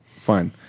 Fine